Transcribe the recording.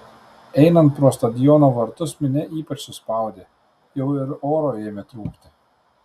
einant pro stadiono vartus minia ypač suspaudė jau ir oro ėmė trūkti